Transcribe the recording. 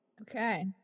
Okay